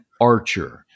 Archer